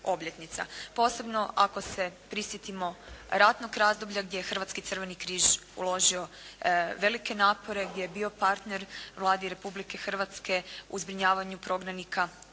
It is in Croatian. Posebno ako se prisjetimo ratnog razdoblja gdje je Hrvatski crveni križ uložio velike napore, gdje je bio partner Vladi Republike Hrvatske u zbrinjavanju prognanika i